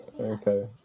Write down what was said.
okay